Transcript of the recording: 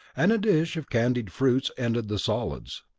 and a dish of candied fruits ended the solids.